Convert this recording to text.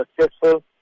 successful